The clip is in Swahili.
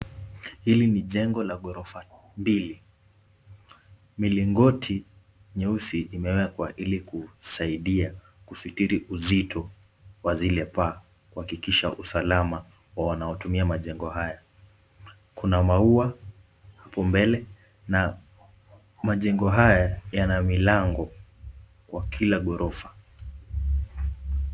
Hili ni jengo la ghorofa mbili. Milingoti nyeusi imewekwa ili kusaidia kusitiri uzito wa zile paa kuhakikisha usalama wa wanaotumia majengo haya. Kuna maua hapo mbele na majengo haya yana milango kwa kila ghorofa.